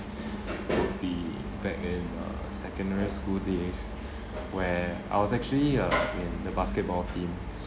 would be back in uh secondary school days where I was actually uh in the basketball team